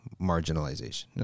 marginalization